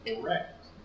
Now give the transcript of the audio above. correct